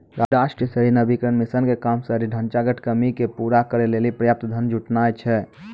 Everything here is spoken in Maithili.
राष्ट्रीय शहरी नवीकरण मिशन के काम शहरी ढांचागत कमी के पूरा करै लेली पर्याप्त धन जुटानाय छै